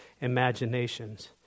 imaginations